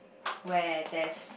where there's